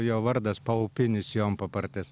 jo vardas paupinis jonpapartis